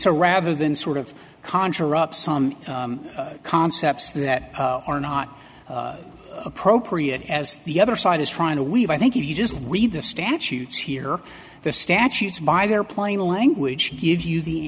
so rather than sort of conjure up some concepts that are not appropriate as the other side is trying to weave i think if you just read the statutes here the statutes by their plain language give you the